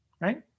Right